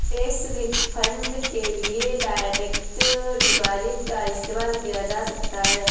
tax refund के लिए direct deposit का इस्तेमाल किया जा सकता हैं